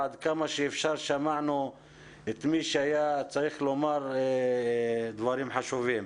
ועד כמה שאפשר שמענו את מי שהיה צריך לומר דברים חשובים.